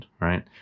right